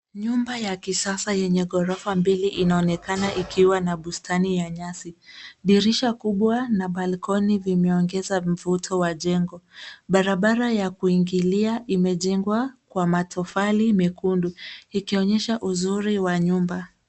Nyumba ya kisasa yenye ghorofa mbili inaonekana ikiwa na bustani ya nyasi. Dirisha kubwa na balkoni vimeongeza mvuto wa jengo. Barabara ya kuingilia imejengwa kwa matofali mekundu ikionyesha uzuri wa nyumba.